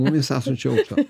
mumis esančio aukšto